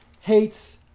hates